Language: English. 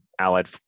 allied